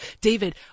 David